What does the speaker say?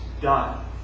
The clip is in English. done